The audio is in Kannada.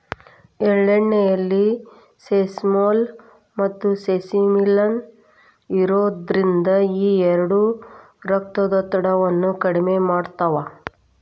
ಎಳ್ಳೆಣ್ಣೆಯಲ್ಲಿ ಸೆಸಮೋಲ್, ಮತ್ತುಸೆಸಮಿನ್ ಇರೋದ್ರಿಂದ ಈ ಎರಡು ರಕ್ತದೊತ್ತಡವನ್ನ ಕಡಿಮೆ ಮಾಡ್ತಾವ